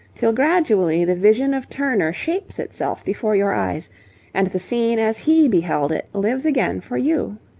till gradually the vision of turner shapes itself before your eyes and the scene as he beheld it lives again for you.